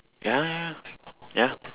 ya ya ya ya